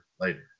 later